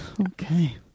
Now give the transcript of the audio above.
Okay